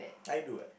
I do what